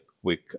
quick